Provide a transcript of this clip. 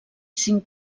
cinc